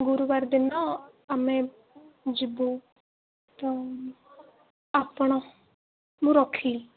ଗୁରୁବାର ଦିନ ଆମେ ଯିବୁ ତ ଆପଣ ମୁଁ ରଖିଲି